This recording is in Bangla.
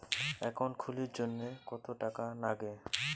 একাউন্ট খুলির জন্যে কত টাকা নাগে?